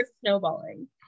snowballing